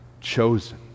chosen